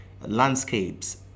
landscapes